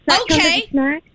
Okay